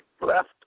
left